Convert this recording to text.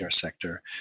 sector